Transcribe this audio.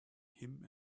him